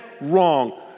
wrong